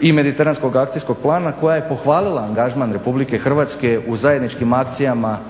i Mediteranskog akcijskog plana koja je pohvalila angažman Republike Hrvatske u zajedničkim akcijama